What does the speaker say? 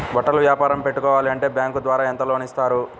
బట్టలు వ్యాపారం పెట్టుకోవాలి అంటే బ్యాంకు ద్వారా ఎంత లోన్ ఇస్తారు?